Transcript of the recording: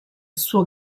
suo